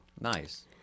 Nice